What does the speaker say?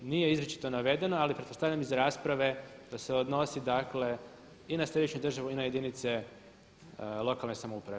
Nije izričito navedeno, ali pretpostavljam iz rasprave da se odnosi dakle i na središnju državu i na jedinice lokalne samouprave.